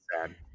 sad